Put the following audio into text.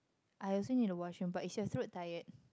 I also need the washroom but is your throat tired